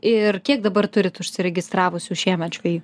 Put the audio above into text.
ir kiek dabar turit užsiregistravusių šiemet žveji